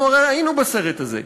אנחנו הרי היינו בסרט הזה,